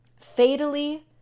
fatally